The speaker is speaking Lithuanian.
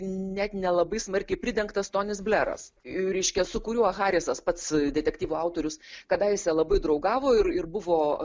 net nelabai smarkiai pridengtas tonis bleras reiškia su kuriuo harisas pats detektyvų autorius kadaise labai draugavo ir ir buvo